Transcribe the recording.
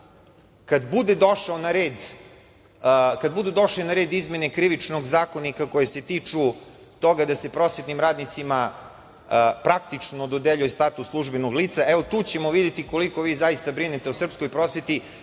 kada budu došle na red izmene Krivičnog zakonika koje se tiču toga da se prosvetnim radnicima praktično dodeljuje status službenog lica, tu ćemo videti koliko vi zaista brinete o srpskoj prosveti,